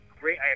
great